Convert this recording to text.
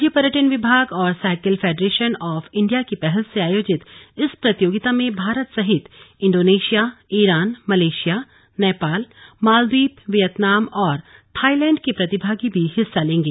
राज्य पर्यटन विभाग और साइकिल फेडरेशन ऑफ इंडिया की पहल से आयोजित इस प्रतियोगिता में भारत सहित इण्डोनेशिया ईरान मलेशिया नेपाल मालद्दीप वियतनाम और थाईलैण्ड के प्रतिभागी भी हिस्सा लेंगे